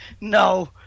No